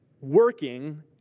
working